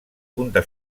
punta